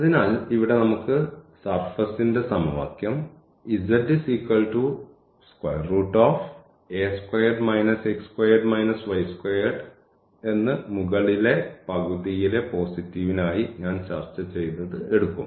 അതിനാൽ ഇവിടെ നമുക്ക് സർഫസ്ൻറെ സമവാക്യം എന്ന് മുകളിലെ പകുതിയിലെ പോസിറ്റീവിനായി ഞാൻ ചർച്ചചെയ്തത് എടുക്കും